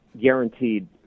guaranteed